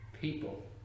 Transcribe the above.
people